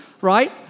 right